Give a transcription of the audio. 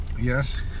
Yes